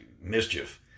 mischief